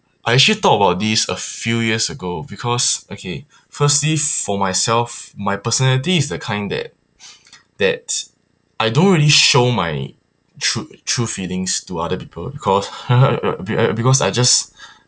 I actually thought about this a few years ago because okay firstly for myself my personality is the kind that that's I don't really show my true true feelings to other people cause be~ uh because I just